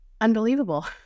unbelievable